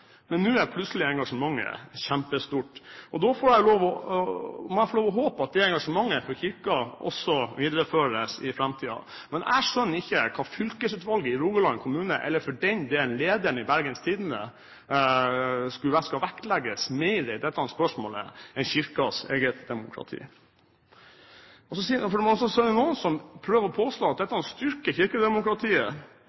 men nå er plutselig engasjementet kjempestort. Da må jeg få lov til å håpe at det engasjementet for Kirken også videreføres i framtiden. Men jeg skjønner ikke hvorfor fylkesutvalget i Rogaland kommune eller for den del lederen i Bergens Tidende skal vektlegges mer i dette spørsmålet enn Kirkens eget demokrati. Og så er det noen som prøver å påstå at